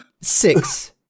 Six